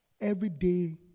everyday